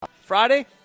Friday